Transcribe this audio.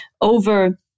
over